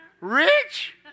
Rich